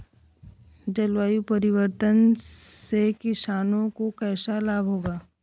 जलवायु परिवर्तन से किसानों को कैसे लाभ होगा?